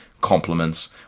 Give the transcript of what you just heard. compliments